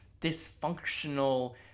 dysfunctional